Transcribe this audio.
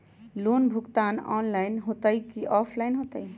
Loan भुगतान online होतई कि ऑफलाइन होतई?